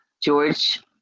George